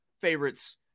favorites